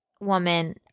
woman